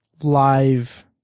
live